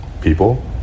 people